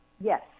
Yes